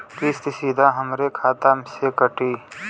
किस्त सीधा हमरे खाता से कटी?